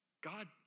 God